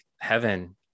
heaven